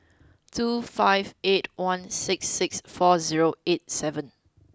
two five eight one six six four zero eight seven